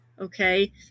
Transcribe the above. Okay